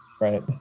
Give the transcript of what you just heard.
Right